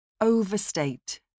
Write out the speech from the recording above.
Overstate